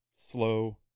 slow